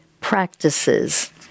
practices